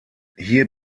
hier